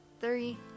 Three